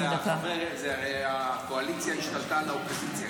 זו הקואליציה השתלטה על האופוזיציה.